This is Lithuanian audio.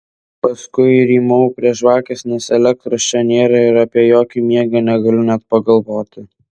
paskui rymau prie žvakės nes elektros čia nėra ir apie jokį miegą negaliu net pagalvoti